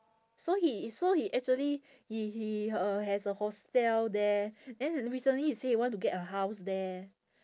so he so he actually he he uh has a hostel there then recently he say he want to get a house there